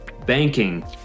banking